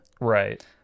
Right